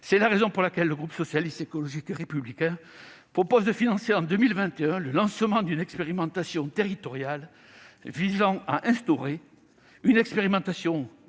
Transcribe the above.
C'est la raison pour laquelle le groupe Socialiste, Écologiste et Républicain propose de financer en 2021 le lancement d'une expérimentation territoriale visant à instaurer une dotation